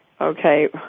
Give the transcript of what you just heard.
okay